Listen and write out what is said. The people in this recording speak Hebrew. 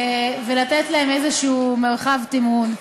ולתת להם איזשהו מרחב תמרון.